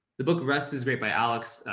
the book rest is great by alex,